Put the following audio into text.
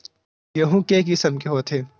गेहूं के किसम के होथे?